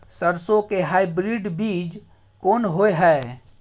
सरसो के हाइब्रिड बीज कोन होय है?